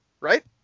right